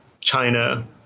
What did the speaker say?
China